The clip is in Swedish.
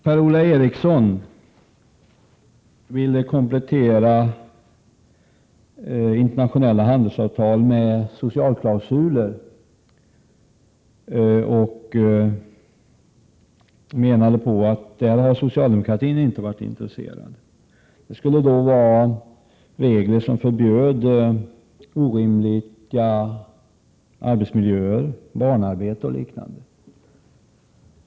Per-Ola Eriksson ville komplettera internationella handelsavtal med socialklausuler och menade att socialdemokratin inte har varit intresserad av det. Sådana regler skulle förbjuda orimliga arbetsmiljöer, barnarbete och liknande.